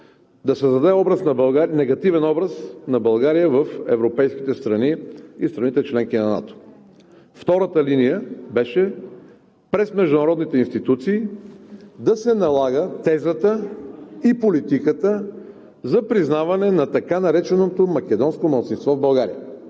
се създаде негативен образ на България в европейските страни и в страните – членки на НАТО. Втората линия беше през международните институции да се налага тезата и политиката за признаване на така нареченото македонско малцинство в България.